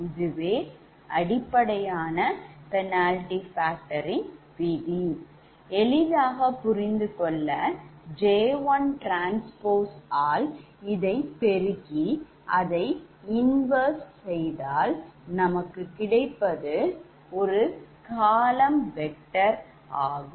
இதுவே அடிப்படையான penalty factor ன் விதிஎளிதாக புரிந்துகொள்ள J1 transpose ஆல் இதை பெருகி அதை inverse எடுத்தால் நமக்கு கிடைப்பது column vector ஆகும்